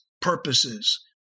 purposes